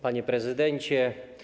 Panie Prezydencie!